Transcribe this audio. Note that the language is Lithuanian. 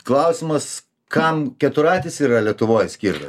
klausimas kam keturratis yra lietuvoj skirtas